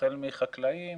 החל מחלקים,